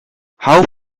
how